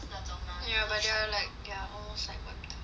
ya but they're like ya almost like what do and stuff